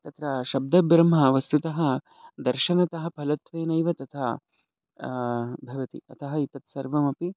तत्र शब्दब्रह्म वस्तुतः दर्शनतः फलत्वेनैव तथा भवति अतः एतत्सर्वमपि